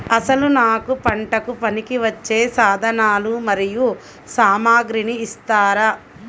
అసలు నాకు పంటకు పనికివచ్చే సాధనాలు మరియు సామగ్రిని ఇస్తారా?